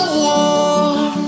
warm